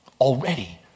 already